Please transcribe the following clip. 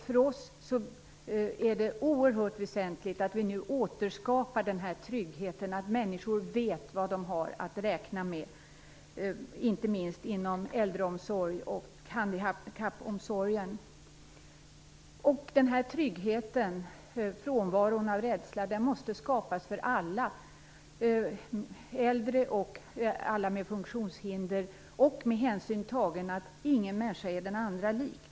För oss är det oerhört väsentligt att vi nu återskapar den här tryggheten så att människor vet vad de har att räkna med - inte minst inom äldreomsorgen och handikappomsorgen. Den här tryggheten, frånvaron av rädsla, måste skapas för alla; för äldre och för personer med funktionshinder. Hänsyn måste också tas till att ingen människa är den andra lik.